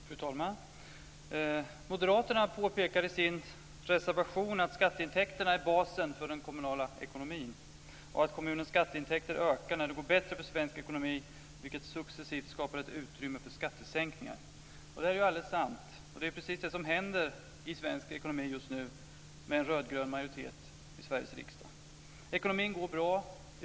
Fru talman! Moderaterna påpekar i sin reservation att skatteintäkterna är basen för den kommunala ekonomin och att kommunens skatteintäkter ökar när det går bättre för svensk ekonomi, vilket successivt skapar ett utrymme för skattesänkningar. Det är alldeles sant, och det är precis det som händer i svensk ekonomi just nu, med en rödgrön majoritet i Sveriges riksdag. Ekonomin går bra.